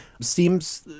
Seems